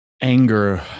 Anger